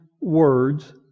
words